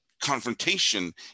confrontation